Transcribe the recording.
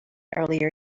earlier